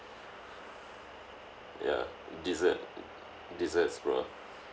ya dessert desserts bro